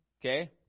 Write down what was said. Okay